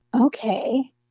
okay